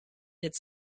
its